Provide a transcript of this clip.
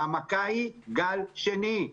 והמכה היא גל שני.